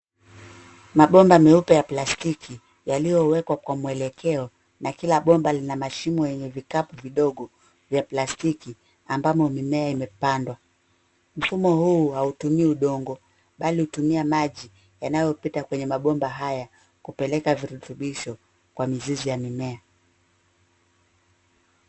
Mabomba meupe ya plastiki yaliyowekwa kwa mwelekeo na kila bomba lina mashimo yenye vikapu vidogo vya plastiki ambamo mimea imepandwa. Mfumo huu hautumii udongo bali hutumia maji yanayopita kwenye mabomba haya kupeleka virutubisho kwa mizizi ya mimea.